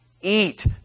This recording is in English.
eat